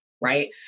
right